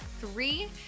three